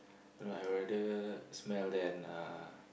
you know I would rather smell than uh